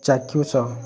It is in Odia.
ଚାକ୍ଷୁଷ